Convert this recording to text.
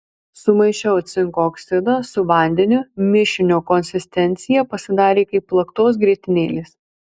sumaišiau cinko oksidą su vandeniu mišinio konsistencija pasidarė kaip plaktos grietinėlės